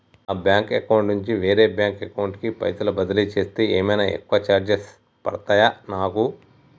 నా bank account నుండి వేరే బ్యాంక్ అకౌంట్ కి పైసల్ బదిలీ చేస్తే ఏమైనా ఎక్కువ చార్జెస్ పడ్తయా నాకు?